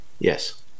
Yes